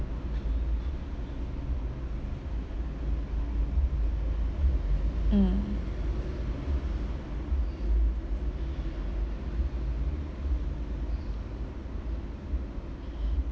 mm